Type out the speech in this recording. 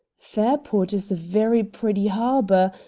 fairport is a very pretty harbor,